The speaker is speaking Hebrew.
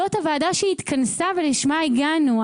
זאת הוועדה שהתכנסה ולשמה הגענו.